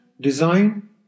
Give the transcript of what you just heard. design